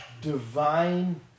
divine